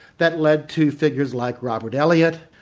that led to figures like robert elliott,